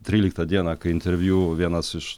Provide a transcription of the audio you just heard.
tryliktą dieną kai interviu vienas iš